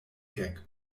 gag